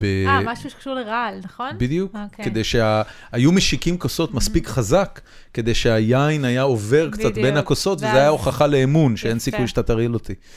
אה, משהו שקשור לרעל, נכון? בדיוק, היו משיקים כוסות מספיק חזק, כדי שהיין היה עובר קצת בין הכוסות, וזו הייתה הוכחה לאמון שאין סיכוי שאתה תרעיל אותי.